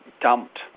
dumped